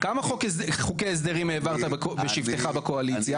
כמה חוקי הסדרי העברת בשבטך בקואליציה?